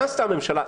מה עשתה הממשלה?